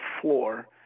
floor